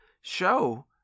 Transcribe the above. show